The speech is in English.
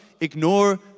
ignore